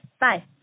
Bye